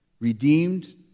Redeemed